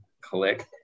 click